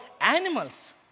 animals